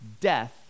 death